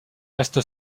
reste